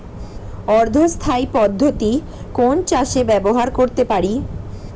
অর্ধ স্থায়ী পদ্ধতি কোন চাষে ব্যবহার করতে পারি?